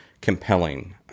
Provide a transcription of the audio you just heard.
compelling